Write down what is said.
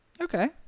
Okay